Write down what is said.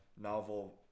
novel